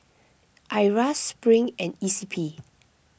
Iras Spring and E C P